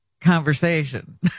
conversation